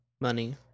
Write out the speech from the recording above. money